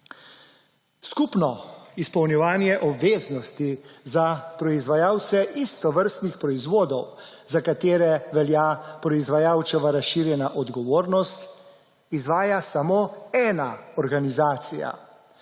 Skupno izpolnjevanje obveznosti za proizvajalce istovrstnih proizvodov, za katere velja proizvajalčeva razširjena odgovornost, izvaja samo ena organizacija.